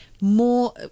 more